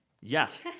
Yes